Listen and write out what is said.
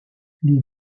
les